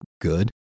good